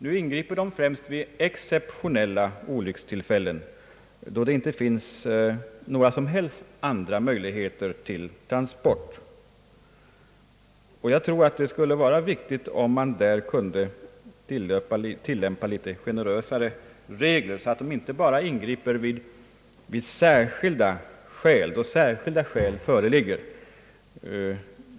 Nu ingriper helikoptrarna främst vid exeptionella olyckstillfällen, då det inte finns några som helst andra möjligheter till transport. Jag tror att det skulle vara värdefullt om generösare regler kunde tillämpas, så att helikoptrarna inte ingriper bara då särskilda skäl föreligger.